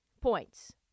points